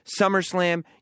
SummerSlam